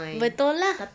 betul lah